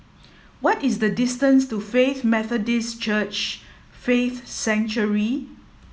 what is the distance to Faith Methodist Church Faith Sanctuary